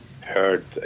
heard